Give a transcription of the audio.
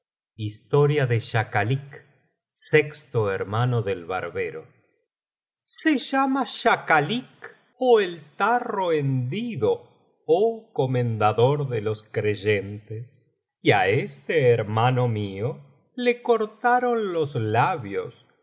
historia de schakalik sexto hermano del barbero se llama schakalikó el tarro hendido oh comendador de los creyentes y á este hermano mío le cortaron los labios y